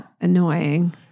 annoying